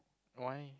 why